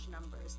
numbers